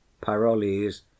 Parolles